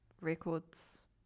Records